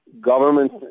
government